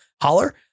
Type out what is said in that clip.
Holler